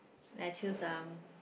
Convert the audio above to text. I choose um